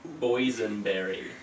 boysenberry